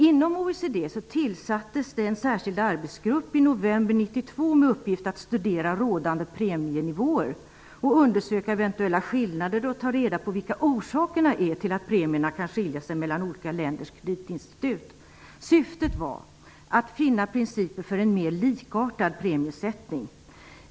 Inom OECD tillsattes en särskild arbetsgrupp i november 1992 med uppgift att studera rådande premienivåer, att undersöka eventuella skillnader och att ta reda på vilka orsakerna är till att premierna kan skilja sig mellan olika länders kreditinstitut. Syftet var att finna principer för en mer likartad premiesättning.